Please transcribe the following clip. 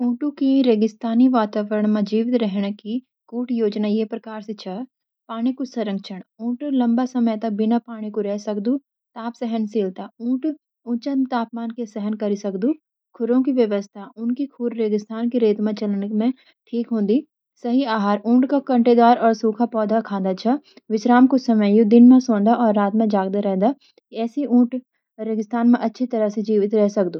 ऊँटों की रेगिस्तानी वातावरण म जीवित रहन की कूट-योजना ये प्रकार सी छ: पानी कु संरक्षण: ऊँट लंबा समय तक बिना पानी कु रह सकदु । ताप सहनशीलता: ऊँट उच्च तापमान के सहन करी सकदू। खुरों की विशेषता: उनकी खुर रेगिस्तान की रेत म चलन के ठीक होंदी । सही आहार: ऊँट कांटेदार और सूखा पौधा खादां छ। विश्राम कु समय: यू दिन में सोनंदा और रात में जगया रहदा। एसी ऊँट रेगिस्तान में अच्छी तरह जीवित रह सकदु।